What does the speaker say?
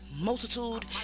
multitude